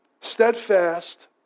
steadfast